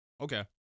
Okay